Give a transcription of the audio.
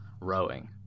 rowing